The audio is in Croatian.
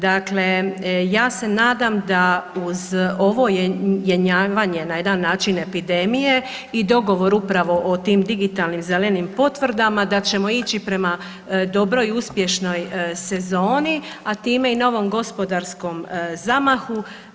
Dakle ja se nadam da uz ovo jenjavanje na jedan način epidemije i dogovor upravo o tim digitalnim zelenim potvrdama da ćemo ići prema dobroj uspješnoj sezoni, a time i novom gospodarskom zamahu.